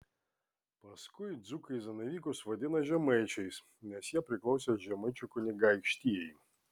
paskui dzūkai zanavykus vadina žemaičiais nes jie priklausė žemaičių kunigaikštijai